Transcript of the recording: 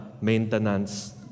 maintenance